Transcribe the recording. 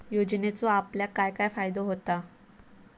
योजनेचो आपल्याक काय काय फायदो होता?